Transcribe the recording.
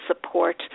support